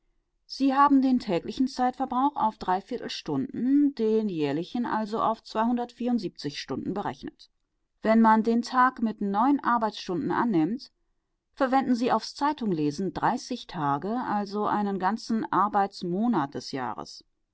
sie haben den täglichen zeitverbrauch auf dreiviertel stunden den jährlichen also auf stunden berechnet wenn man den tag mit neun arbeitsstunden annimmt verwenden sie aufs zeitunglesen dreißig tage also einen ganzen arbeitsmonat des jahres